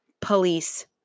police